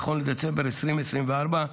נכון לדצמבר 2024,